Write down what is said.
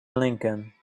lincoln